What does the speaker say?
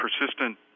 persistent